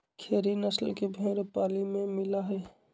खेरी नस्ल के भेंड़ पाली में मिला हई